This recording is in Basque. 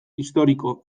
historiko